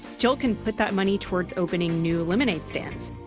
jill can put that money towards opening new lemonade stands,